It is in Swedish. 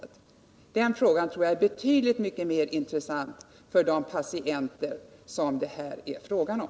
Svaret på den frågan tror jag är betydligt mer intressant för de patienter som det här är fråga om.